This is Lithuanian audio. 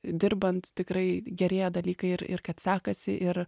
dirbant tikrai gerėja dalykai ir ir kad sekasi ir